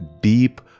deep